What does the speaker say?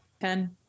Ten